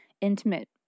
intimate